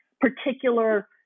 particular